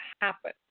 happen